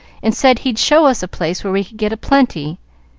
and said he'd show us a place where we could get a plenty.